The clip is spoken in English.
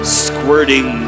squirting